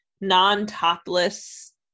non-topless